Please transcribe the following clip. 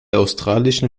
australischen